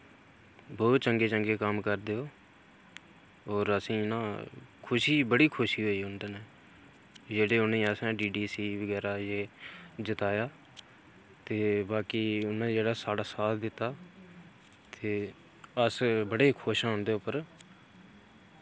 बहुत चंगे चंगे कम्म करदे ओह् होर असें ई इन्नी खुशी बड़ी खुशी होई उं'दे नै जेह्ड़े उ'नें असें ई डी डी सी बगैरा जे जताया ते बाकी उ'नें जेह्ड़ा साढ़ा साथ दित्ता ते अस बड़े खुश आं उं'दे उप्पर